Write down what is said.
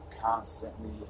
Constantly